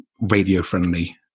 radio-friendly